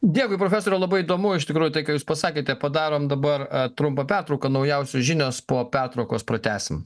dėkui profesoriau labai įdomu iš tikrųjų tai ką jūs pasakėte padarom dabar trumpą pertrauką naujausios žinios po pertraukos pratęsim